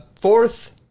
Fourth